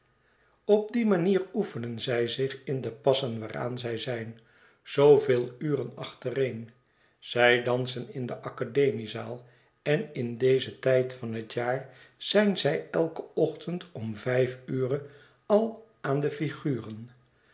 op die manier oefenen zij zich ia de passen waaraan zij zijn zooveel uren acnween zij dansen in de academie zaal en in dezen tijd van het jaar zijn zij eiken ochtend om vijf ure al aan de figuren